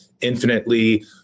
infinitely